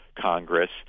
Congress